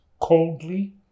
coldly